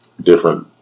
Different